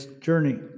journey